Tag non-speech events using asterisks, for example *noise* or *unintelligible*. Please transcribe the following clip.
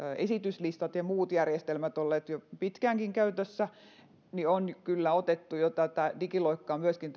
esityslistat ja ja muut järjestelmät olleet jo pitkäänkin käytössä on kyllä otettu jo tätä digiloikkaa myöskin *unintelligible*